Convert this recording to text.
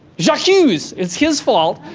j'accuse. it's his fault.